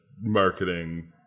marketing